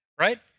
right